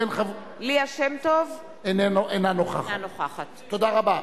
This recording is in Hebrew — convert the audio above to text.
ליה שמטוב, אינה נוכחת תודה רבה.